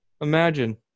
Imagine